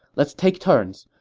let's take turns.